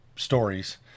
stories